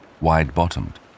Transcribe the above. wide-bottomed